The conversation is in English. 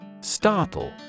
Startle